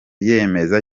yemeza